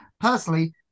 Personally